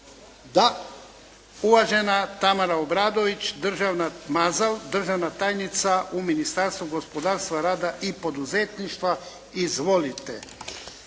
Da. Uvažena Tamara Obradović Mazal, državna tajnica u Ministarstvu gospodarstva, rada i poduzetništva. Izvolite.